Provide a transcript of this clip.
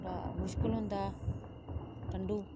ते थोहड़ा मुश्कल होंदा ठंडू